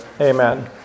Amen